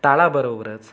तालाबरोबरच